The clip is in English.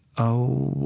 oh,